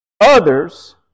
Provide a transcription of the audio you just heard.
Others